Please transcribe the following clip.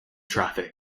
traffic